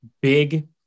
big